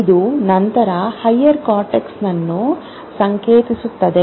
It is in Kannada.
ಇದು ನಂತರ ಹೈಯರ್ ಕಾರ್ಟೆಕ್ಸ್ ಅನ್ನು ಸಂಕೇತಿಸುತ್ತದೆ